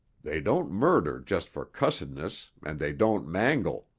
they don't murder just for cussedness and they don't mangle.